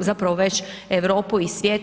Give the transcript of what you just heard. zapravo već Europu i svijet.